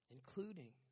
Including